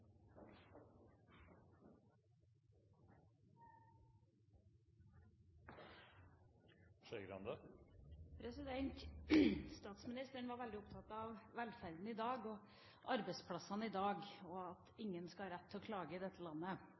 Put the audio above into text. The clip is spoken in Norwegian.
ved. Statsministeren var veldig opptatt av velferden i dag og arbeidsplassene i dag, og at ingen skal ha rett til å klage i dette landet.